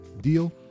deal